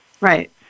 Right